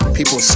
People